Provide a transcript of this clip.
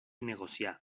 negociar